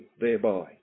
thereby